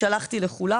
שלחתי לכולם,